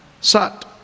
sat